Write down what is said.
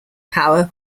power